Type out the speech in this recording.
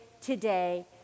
today